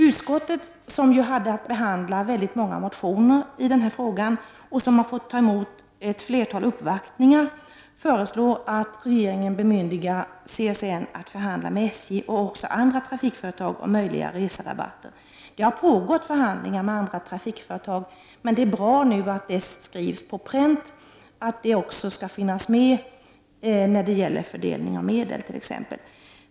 Utskottet, som har haft att behandla väldigt många motioner i denna fråga och har fått ta emot ett flertal uppvaktningar, föreslår att regeringen bemyndigar CSN att förhandla med SJ och andra trafikföretag om möjliga reserabatter. Det har pågått förhandlingar med andra trafikföretag, och det är bra att det nu sätts på pränt så att det finns med när det gäller t.ex. fördelning av medel.